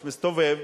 מסתובב,